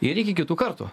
ir iki kitų kartų